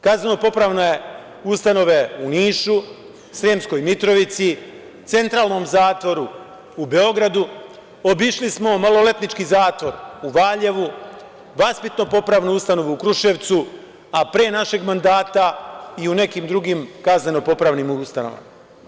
Kazneno-popravne ustanove u Nišu, Sremskoj Mitrovici, CZ u Beogradu, obišli smo maloletnički zatvor u Valjevu, vaspitno-popravnu ustanovu u Kruševcu, a pre našeg mandata i u nekim drugim kazneno-popravnim ustanovama.